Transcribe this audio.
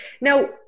now